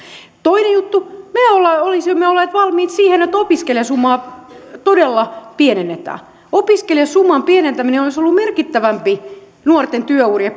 toinen juttu me olisimme olleet valmiit siihen että opiskelijasumaa todella pienennetään opiskelijasuman pienentäminen olisi ollut merkittävämpi nuorten työuria